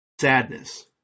Sadness